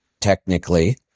technically